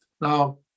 Now